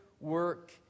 work